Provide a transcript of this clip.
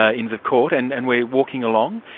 ah inns of court-and and we're walking along,